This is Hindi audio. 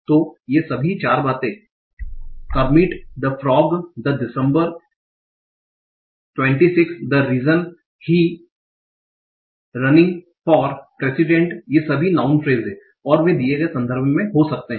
तो ये सभी 4 बातें Kermit the frog the December 26 the reason he running for president ये सभी नाउँन फ्रेस हैं और वे दिए गए संदर्भ में हो सकते हैं